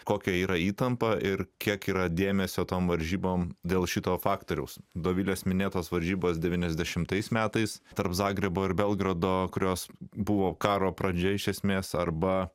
kokia yra įtampa ir kiek yra dėmesio tom varžybom dėl šito faktoriaus dovilės minėtos varžybos devyniasdešimtais metais tarp zagrebo ir belgrado kurios buvo karo pradžia iš esmės arba